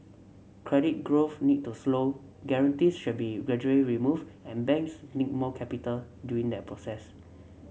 credit growth need to slow guarantees should be gradually removed and banks need more capital during that process